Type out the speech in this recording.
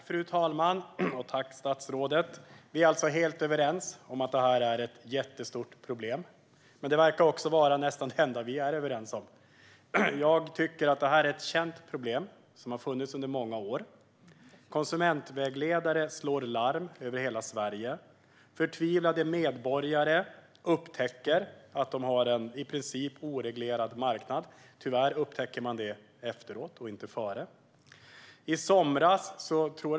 Fru talman! Tack, statsrådet! Vi är alltså helt överens om att detta är ett jättestort problem, men det verkar vara det enda vi är överens om. Detta är ett känt problem som har funnits under många år. Konsumentvägledare slår larm över hela Sverige. Förtvivlade medborgare upptäcker att det är en i princip oreglerad marknad. Tyvärr upptäcker de det efteråt, inte före.